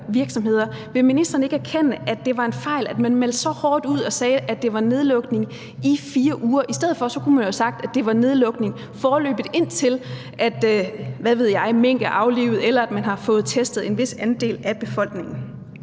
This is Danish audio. Vil ministeren ikke erkende, at det var en fejl, at man meldte så hårdt ud og sagde, at det var en nedlukning i 4 uger? I stedet for kunne man jo have sagt, at det var en nedlukning foreløbig indtil – hvad ved jeg – mink er aflivet, eller at man har fået testet en vis andel af befolkningen.